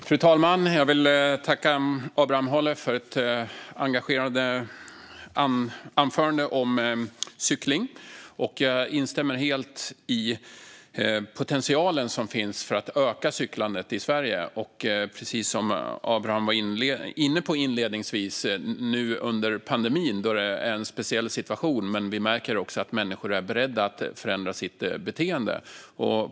Fru talman! Jag tackar Abraham Halef för ett engagerat anförande om cykling. Jag instämmer helt i potentialen som finns för att öka cyklandet i Sverige. Precis som Abraham var inne på inledningsvis är det en speciell situation nu under pandemin, och vi märker att människor är beredda att förändra sitt beteende.